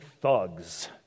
thugs